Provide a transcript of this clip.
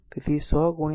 તેથી 100 1